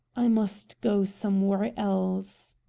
i must go somewhere else.